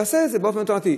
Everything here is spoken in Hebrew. תעשה את זה באופן אוטומטי.